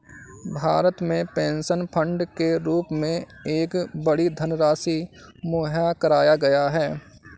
भारत में pension fund के रूप में एक बड़ी धनराशि मुहैया कराया गया है